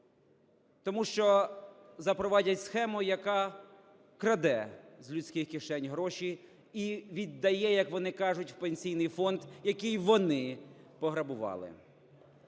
тому що запровадять схему, яка краде з людських кишень гроші і віддає, як вони кажуть, в Пенсійний фонд, який вони пограбували.